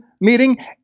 meeting